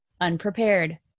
unprepared